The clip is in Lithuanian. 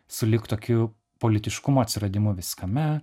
sulig tokiu politiškumo atsiradimu viskame